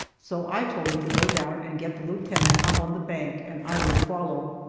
so i told him to go down and get the lieutenant up on the bank and i would follow.